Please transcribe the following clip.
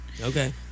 Okay